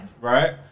Right